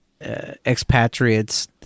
expatriates